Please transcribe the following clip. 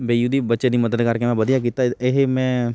ਬਈ ਉਹਦੀ ਬੱਚੇ ਦੀ ਮਦਦ ਕਰਕੇ ਮੈਂ ਵਧੀਆ ਕੀਤਾ ਇ ਇਹ ਮੈਂ